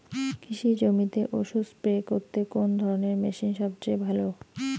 কৃষি জমিতে ওষুধ স্প্রে করতে কোন ধরণের মেশিন সবচেয়ে ভালো?